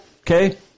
Okay